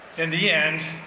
in the end,